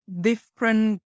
different